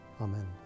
Amen